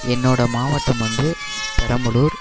என்னோட மாவட்டம் வந்து பெரம்பலூர்